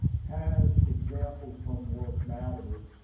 has examples from work matters,